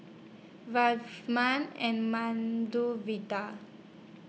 and Medu Vada